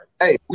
Hey